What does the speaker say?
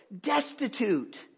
destitute